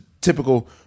typical